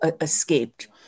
escaped